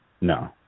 No